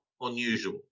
unusual